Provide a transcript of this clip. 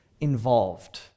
involved